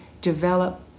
develop